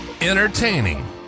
entertaining